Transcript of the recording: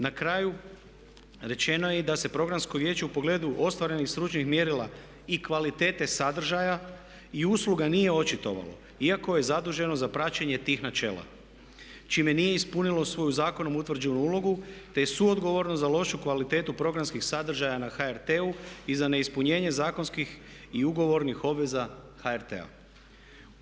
Na kraju rečeno je i da se programsko vijeće u pogledu ostvarenih stručnih mjerila i kvalitete sadržaja i usluga nije očitovalo iako je zaduženo za praćenje tih načela čime nije ispunilo svoju zakonom utvrđenu ulogu te je suodgovorno za lošu kvalitetu programskih sadržaja na HRT-u i za neispunjenje zakonskih i ugovornih obveza HRT-a.